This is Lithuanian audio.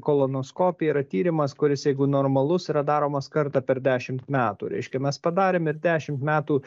kolonoskopija yra tyrimas kuris jeigu normalus yra daromas kartą per dešimt metų reiškia mes padarėm ir dešimt metų